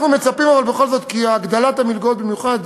אנחנו מצפים אבל, בכל זאת, שהגדלת המלגות, במיוחד